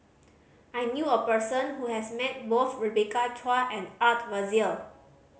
I knew a person who has met both Rebecca Chua and Art Fazil